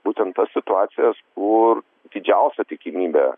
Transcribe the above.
būtent tas situacijas kur didžiausia tikimybė